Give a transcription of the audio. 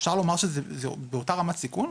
אפשר לומר שזה באותה רמת סיכון?